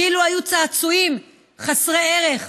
כאילו היו צעצועים חסרי ערך.